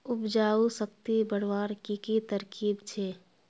उपजाऊ शक्ति बढ़वार की की तरकीब छे?